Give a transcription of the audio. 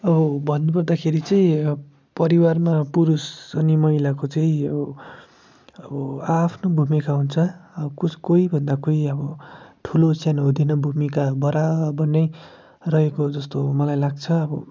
अब भन्नु पर्दाखेरि चाहिँ परिवारमा पुरुष अनि महिलाको चाहिँ अब आआफ्नो भुमिका हुन्छ अब कस कोहीभन्दा कोही अब ठुलो सानो हुँदैन भुमिका बराबर नै रहेको जस्तो मलाई लाग्छ आबो